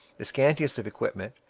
the scantiest of equipment,